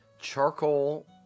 Charcoal